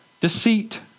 Deceit